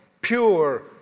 pure